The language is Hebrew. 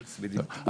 בדיוק.